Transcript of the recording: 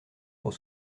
pour